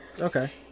Okay